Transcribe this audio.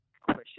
question